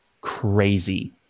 crazy